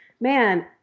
man